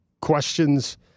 Questions